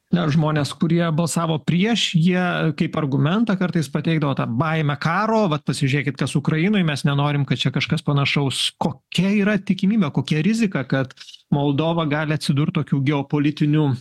na žmonės kurie balsavo prieš jie kaip argumentą kartais pateikdavo tą baimę karo vat pasižiūrėkit kas ukrainoj mes nenorim kad čia kažkas panašaus kokia yra tikimybė kokia rizika kad moldova gali atsidurt tokių geopolitinių